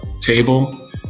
table